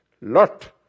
Lot